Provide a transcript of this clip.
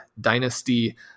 Dynasty